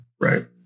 right